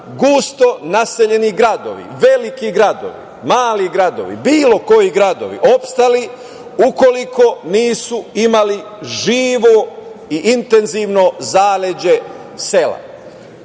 gusto naseljeni gradovi, veliki gradovi, mali gradovi, bilo koji gradovi opstali ukoliko nisu imali živo i intenzivno zaleđe sela. Onog